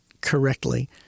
correctly